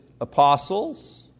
Apostles